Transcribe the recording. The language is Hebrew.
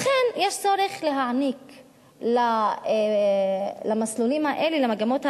לכן יש צורך להעניק למסלולים האלה, למגמות האלה,